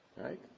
Right